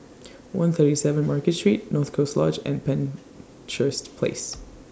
one thirty seven Market Street North Coast Lodge and Penshurst Place